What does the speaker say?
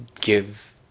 give